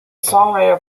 songwriter